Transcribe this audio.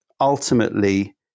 ultimately